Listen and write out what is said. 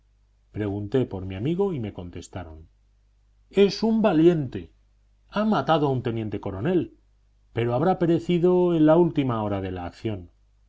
pregunté por mi amigo y me contestaron es un valiente ha matado a un teniente coronel pero habrá perecido en la última hora de la acción